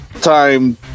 time